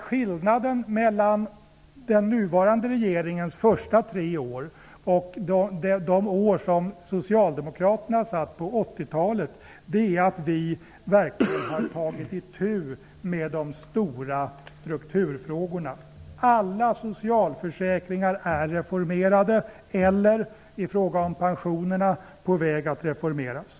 Skillnaden mellan den nuvarande regeringens första tre år och de år på 80-talet när Socialdemokraterna satt vid makten är att vi verkligen har tagit itu med de stora strukturfrågorna. Alla socialförsäkringar är reformerade eller, när det gäller pensionerna, på väg att reformeras.